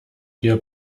wir